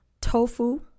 tofu